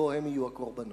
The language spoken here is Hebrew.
שבו הם יהיו הקורבנות.